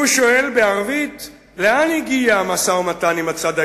הוא שואל בערבית: "לאן הגיע המשא-ומתן עם הצד הישראלי?